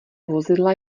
vozidla